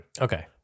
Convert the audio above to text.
Okay